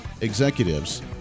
executives